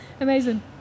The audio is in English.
Amazing